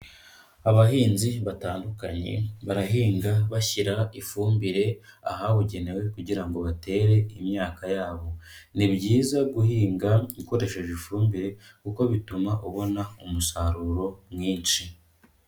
Abahinzi batandukanye, barahinga bashyira ifumbire ahabugenewe kugira ngo batere imyaka yabo. Ni byiza guhinga ukoresheje ifumbire kuko bituma ubona umusaruro mwinshi.